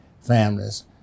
families